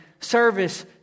service